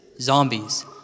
Zombies